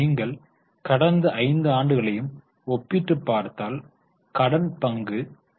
நீங்கள் கடந்த 5 ஆண்டுகளையும் ஒப்பிட்டுப் பார்த்தால் கடன் பங்கு 0